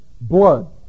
blood